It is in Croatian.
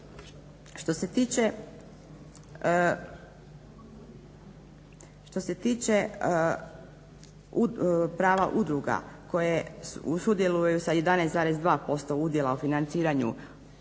Što se tiče prava udruga koje sudjeluju sa 11,2% udjela u financiranju ukupnog